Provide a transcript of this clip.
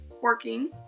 working